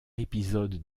épisode